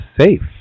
safe